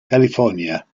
california